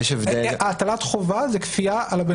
הטלת חובה זה כפייה על הבן-אדם,